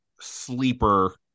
sleeper